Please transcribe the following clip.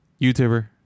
youtuber